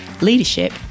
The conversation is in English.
leadership